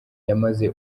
yamaze